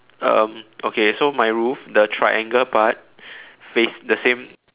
um okay so my roof the triangle part face the same